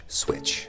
switch